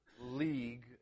league